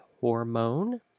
Hormone